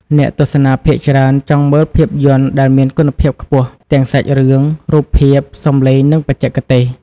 អ្នកទស្សនាភាគច្រើនចង់មើលភាពយន្តដែលមានគុណភាពខ្ពស់ ទាំងសាច់រឿង រូបភាព សំឡេង និងបច្ចេកទេស។